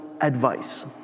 advice